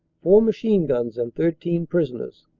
four machine-guns and thirteen prisoners,